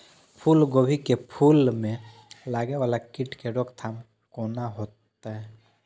फुल गोभी के फुल में लागे वाला कीट के रोकथाम कौना हैत?